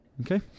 Okay